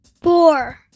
Four